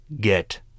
Get